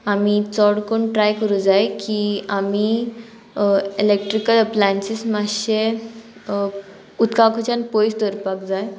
आमी चड कोण ट्राय करूं जाय की आमी इलेक्ट्रिकल एप्लायन्सीस मातशें उदकाकच्यान पयस धरपाक जाय